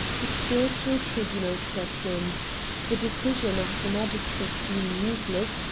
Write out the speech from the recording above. the spiritual tribunal steps in the decision of the magistrates being useless,